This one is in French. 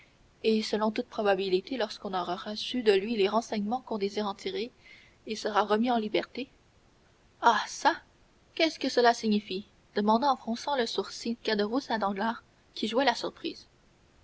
et selon toute probabilité lorsqu'on aura reçu de lui les renseignements qu'on désire en tirer il sera remis en liberté ah çà qu'est-ce que cela signifie demanda en fronçant le sourcil caderousse à danglars qui jouait la surprise